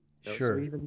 sure